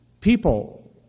People